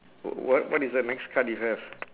wh~ what what is the next card you have